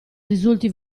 risulti